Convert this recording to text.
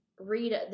Read